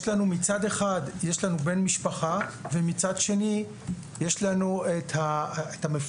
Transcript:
לנו מצד אחד בן משפחה ומצד שני יש לנו את המפוקח.